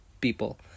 people